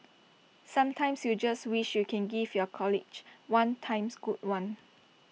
sometimes you just wish you can give your colleague one times good one